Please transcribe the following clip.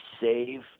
save